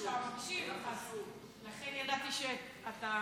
ידעתי שאתה מקשיב, לכן ידעתי שאתה